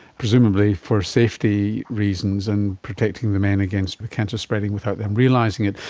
presumably for safety reasons and protecting the men against the cancer spreading without them realising it.